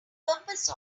purpose